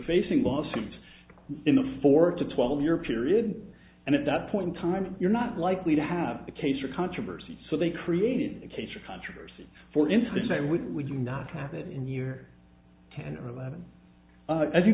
facing lawsuits in a four to twelve year period and at that point in time you're not likely to have a case or controversy so they created a case or controversy for instance say we would not have that in year ten or eleven as you